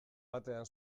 batean